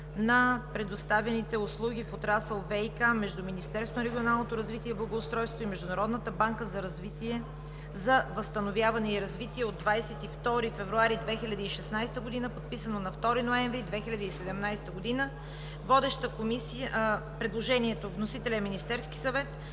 на предоставените услуги в отрасъл ВиК между Министерството на регионалното развитие и благоустройството и Международната банка за възстановяване и развитие от 22 февруари 2016 г., подписано на 2 ноември 2017 г. Вносител е Министерският съвет.